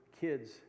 kids